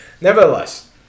Nevertheless